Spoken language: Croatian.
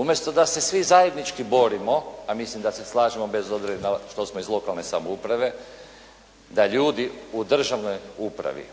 Umjesto da se svi zajednički borimo a mislim da se svi slažemo bez obzira što smo iz lokalne samouprave da ljudi u državnoj upravi